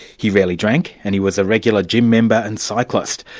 he rarely drank, and he was a regular gym member and cyclist,